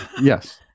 Yes